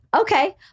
Okay